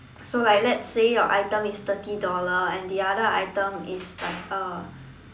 so like let's say your item is thirty dollar and the other item is like uh